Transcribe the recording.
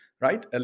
right